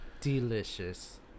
delicious